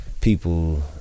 People